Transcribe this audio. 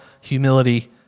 humility